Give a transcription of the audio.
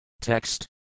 Text